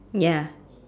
ya